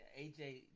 AJ